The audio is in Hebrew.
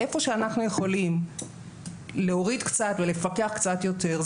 היכן שאנחנו יכולים להוריד קצת ולפקח קצת יותר,